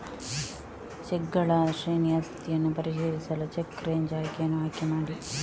ಚೆಕ್ಗಳ ಶ್ರೇಣಿಯ ಸ್ಥಿತಿಯನ್ನು ಪರಿಶೀಲಿಸಲು ಚೆಕ್ ರೇಂಜ್ ಆಯ್ಕೆಯನ್ನು ಆಯ್ಕೆ ಮಾಡಿ